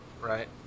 right